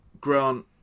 Grant